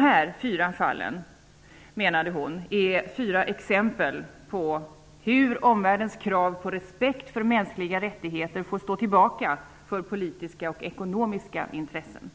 Hon menade att de här fyra fallen är exempel på hur omvärldens krav på respekt för mänskliga rättigheter får stå tillbaka för politiska och ekonomiska intressen.